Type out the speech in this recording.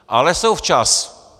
Ale jsou včas.